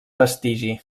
vestigi